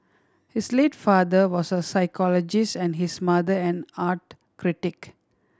his late father was a psychologist and his mother an art critic